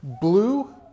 Blue